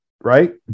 right